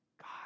God